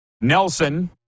Nelson